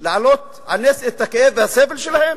להעלות על נס את הכאב והסבל שלהם?